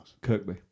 Kirkby